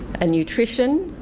and nutrition,